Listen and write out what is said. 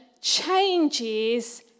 changes